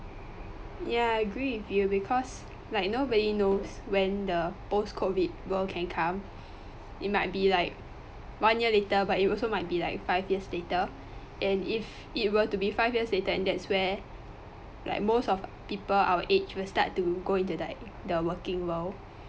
ya I agree with you because like nobody knows when the post-COVID world can come it might be like one year later but it also might be like five years later and if it would to be five years later and that's where like most of people our age will start to go into like the working world